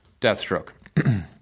Deathstroke